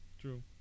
True